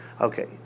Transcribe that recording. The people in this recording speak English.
Okay